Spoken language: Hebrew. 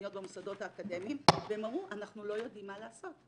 מיניות במוסדות האקדמיים והן אמרו אנחנו לא יודעות מה לעשות.